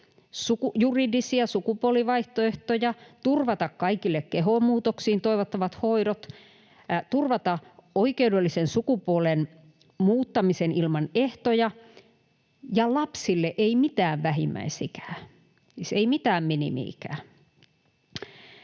juridisia sukupuolivaihtoehtoja, turvata kaikille kehomuutoksiin toivottavat hoidot, turvata oikeudellisen sukupuolen muuttaminen ilman ehtoja ja lapsille ei mitään vähimmäis-ikää, siis ei mitään minimi-ikää.